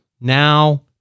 now